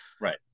right